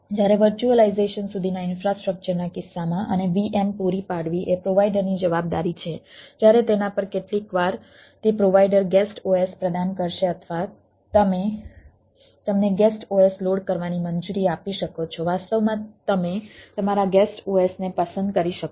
જ્યારે વર્ચ્યુઅલાઈઝેશન સુધીના ઈન્ફ્રાસ્ટ્રક્ચરના કિસ્સામાં અને VM પૂરી પાડવી એ પ્રોવાઈડરની જવાબદારી છે જ્યારે તેના પર કેટલીકવાર તે પ્રોવાઈડર ગેસ્ટ OS પ્રદાન કરશે અથવા તમે તમને ગેસ્ટ OS લોડ કરવાની મંજૂરી આપી શકો છો વાસ્તવમાં તમે તમારા ગેસ્ટ OS ને પસંદ કરી શકો છો